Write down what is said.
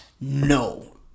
No